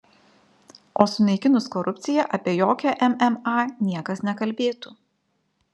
o sunaikinus korupciją apie jokią mma niekas nekalbėtų